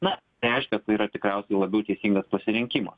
na reiškia tai yra tikriausiai labiau teisingas pasirinkimas